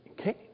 Okay